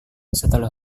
setelah